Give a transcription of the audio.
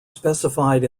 specified